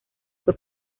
fue